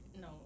No